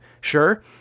sure